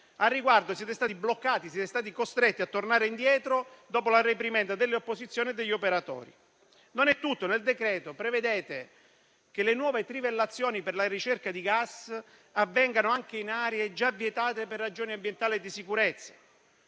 Al riguardo siete stati bloccati e siete stati costretti a tornare indietro dopo la reprimenda delle opposizioni e degli operatori. Non è tutto: nel decreto-legge in esame prevedete che le nuove trivellazioni per la ricerca di gas avvengano anche in aree già vietate per ragioni ambientali e di sicurezza.